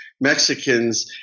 Mexicans